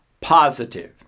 positive